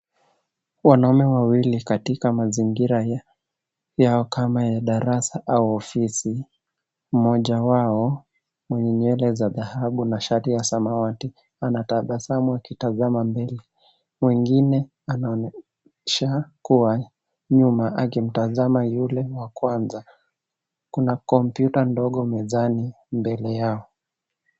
Wanaume wawili katika mazingira yao kama ya darasa au ofisi. Mmoja wao, mwenye nywele za dhahabu na shati ya samawati anatabasamu akitazama mbele. Mwingine anaonesha kuwa nyuma akimtazama yule wa kwanza. Kuna kompyuta ndogo mezani mbele yao.